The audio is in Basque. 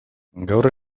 gaur